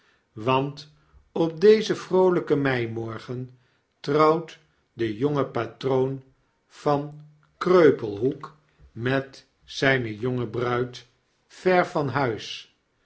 want op dezen vroolyken meimorgen trouwt de jonge patroon vankreupelhoek met zyne jonge bruid ver van huis